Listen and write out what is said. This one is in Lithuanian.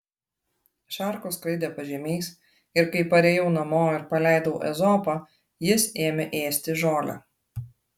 šarkos skraidė pažemiais ir kai parėjau namo ir paleidau ezopą jis ėmė ėsti žolę